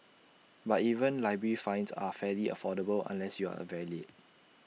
but even library fines are fairly affordable unless you are very late